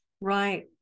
Right